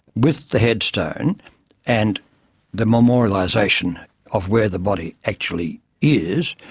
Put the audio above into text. with the headstone and the memorialisation of where the body actually is,